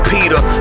Peter